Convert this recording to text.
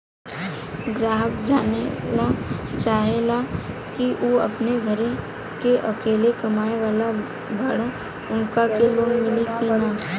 ग्राहक जानेला चाहे ले की ऊ अपने घरे के अकेले कमाये वाला बड़न उनका के लोन मिली कि न?